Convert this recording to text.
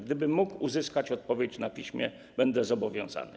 Gdybym mógł uzyskać odpowiedź na piśmie, byłbym zobowiązany.